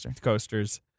coasters